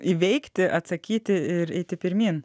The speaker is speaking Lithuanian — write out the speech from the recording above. įveikti atsakyti ir eiti pirmyn